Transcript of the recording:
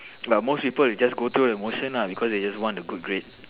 but most people will just go through the motion lah because they want the good grade